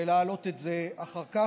ולהעלות את זה אחר כך.